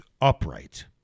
upright